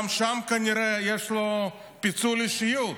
גם לו כנראה יש פיצול אישיות.